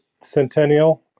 Centennial